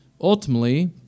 ultimately